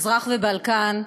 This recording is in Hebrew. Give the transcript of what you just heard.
מזרח והבלקן,